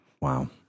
Wow